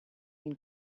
been